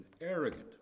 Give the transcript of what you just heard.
arrogant